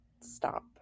stop